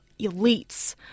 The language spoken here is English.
elites